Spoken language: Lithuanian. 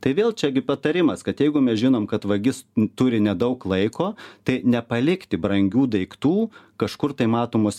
tai vėl čiagi patarimas kad jeigu mes žinom kad vagis turi nedaug laiko tai nepalikti brangių daiktų kažkur tai matomos